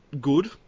good